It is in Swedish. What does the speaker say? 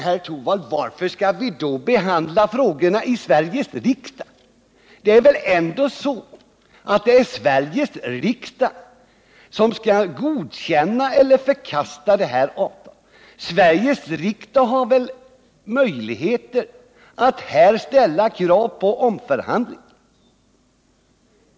Men varför skall vi då behandla dessa frågor i Sveriges riksdag? Det är väl ändå Sveriges riksdag som skall godkänna eller förkasta detta avtal. Sveriges riksdag har väl möjlighet att ställa krav på ny förhandling.